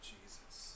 Jesus